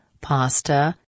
Pasta